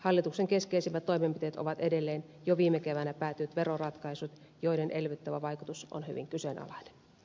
hallituksen keskeisimmät toimenpiteet ovat edelleen jo viime keväänä päätetyt veroratkaisut joiden elvyttävä vaikutus on hyvin kyseenalainen